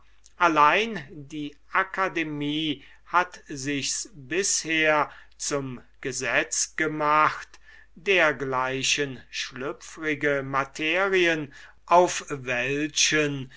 allein die akademie hat sichs bisher zum gesetz gemacht dergleichen schlüpfrige materien auf welchen